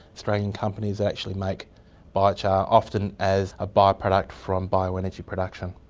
australian companies actually make biochar often as a by-product from bioenergy production.